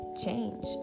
change